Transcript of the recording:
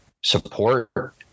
support